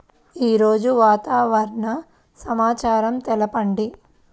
ఈరోజు వాతావరణ సమాచారం తెలుపండి